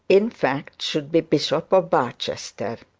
in fact, should be bishop of barchester.